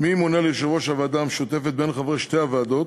מי ימונה ליושב-ראש הוועדה המשותפת מבין חברי שתי הוועדות,